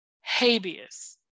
habeas